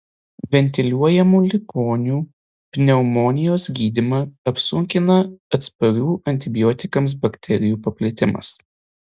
ventiliuojamų ligonių pneumonijos gydymą apsunkina atsparių antibiotikams bakterijų paplitimas